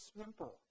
simple